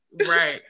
right